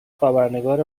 خبرنگار